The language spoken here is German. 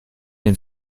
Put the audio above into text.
den